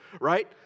right